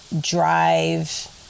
drive